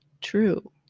true